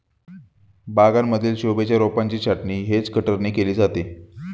बागांमधील शोभेच्या रोपांची छाटणी हेज कटरने केली जाते